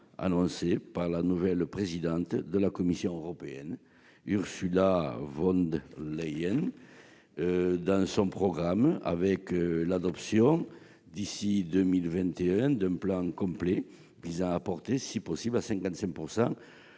annoncé par la nouvelle présidente de la Commission européenne, Ursula von der Leyen, dans son programme, avec l'adoption d'ici à 2021 d'un plan complet visant à porter à 55